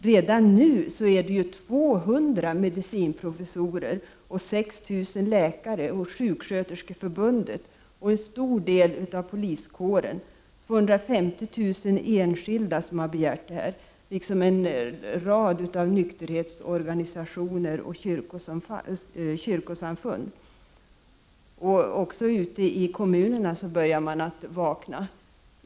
Redan nu är det ju 200 medicinprofessorer, 6 000 läkare, sjuksköterskeförbundet, en stor del av poliskåren och 250000 enskilda som har begärt detta, liksom en rad nykterhetsorganisationer och kyrkosamfund. Också ute i kommunerna börjar man att vakna.